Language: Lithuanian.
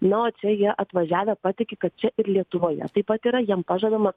na o čia jie atvažiavę patiki kad čia ir lietuvoje taip pat yra jiem pažadama